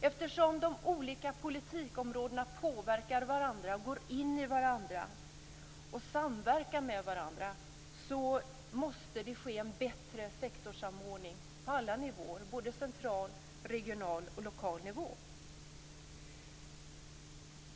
Eftersom de olika politikområdena påverkar varandra, går in i varandra och samverkar med varandra måste det ske en bättre sektorssamordning på alla nivåer, såväl på central och regional som på lokal nivå.